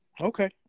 okay